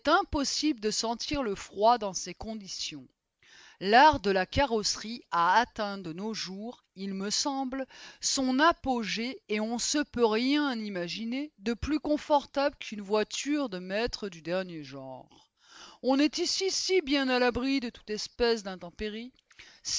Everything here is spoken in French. impossible de sentir le froid dans ces conditions l'art de la carrosserie a atteint de nos jours il me semble son apogée et on se peut rien imaginer de plus confortable qu'une voiture de maître du dernier genre on est ici si bien à l'abri de toute espèce d'intempérie si